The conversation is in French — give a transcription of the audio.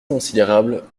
considérable